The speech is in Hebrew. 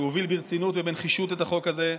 הוא הוביל ברצינות ובנחישות את החוק הזה,